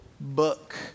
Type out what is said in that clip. book